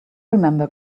remember